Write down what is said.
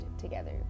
together